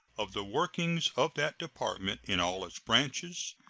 of the workings of that department in all its branches,